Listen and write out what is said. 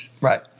right